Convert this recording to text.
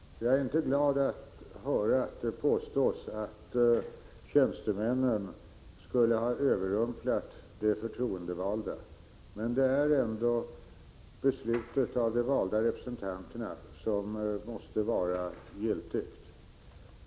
Herr talman! Jag är inte glad att höra att det påstås att tjänstemännen skulle ha överrumplat de förtroendevalda. Men det är ändå beslutet av de valda representanterna som måste vara giltigt.